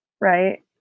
right